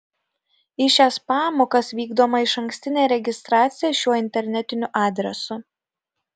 į šias pamokas vykdoma išankstinė registracija šiuo internetiniu adresu